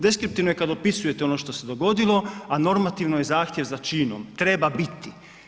Deskriptivno je kad opisujete ono što se dogodilo, a normativno je zahtjev za činom, treba biti.